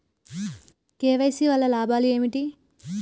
KYC వల్ల లాభాలు ఏంటివి?